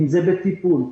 בטיפול,